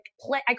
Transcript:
play